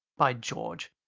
by george!